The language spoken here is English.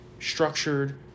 structured